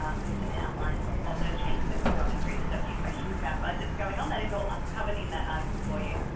ah with some outlines of those changes that we're going through. there's a few questions about budgets going on. that is all covered in that article for you.